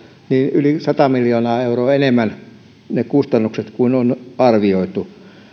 yli sata miljoonaa euroa enemmän kustannuksia kuin on arvioitu